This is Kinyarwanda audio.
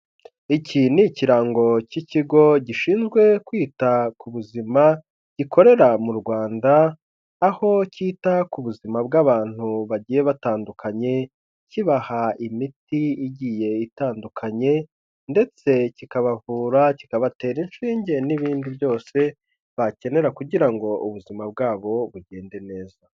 Iki ni ikirango cy'ikigo gishinzwe kwita ku buzima gikorera mu Rwanda, aho cyita ku buzima bw'abantu bagiye batandukanye,, kibaha imiti igiye itandukanye ndetse kikabavura, kikabatera inshinge, n'ibindi byose bakenera kugira ngo ubuzima bwabo bugende neza.